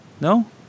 No